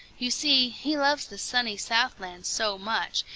you see, he loves the sunny south-land so much,